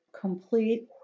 complete